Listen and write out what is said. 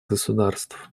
государств